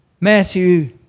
Matthew